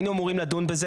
היינו אמורים לדון בזה.